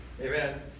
Amen